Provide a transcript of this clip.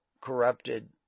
corrupted